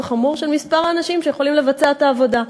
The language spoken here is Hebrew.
חמור של אנשים שיכולים לבצע את העבודה.